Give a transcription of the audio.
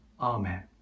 Amen